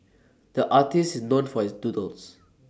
the artist is known for his doodles